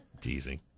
Teasing